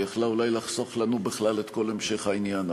והיא יכלה אולי לחסוך לנו בכלל את כל המשך העניין.